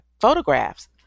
photographs